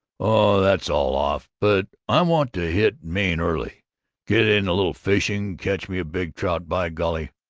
oh, that's all off. but i want to hit maine early get in a little fishing, catch me a big trout, by golly!